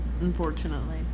unfortunately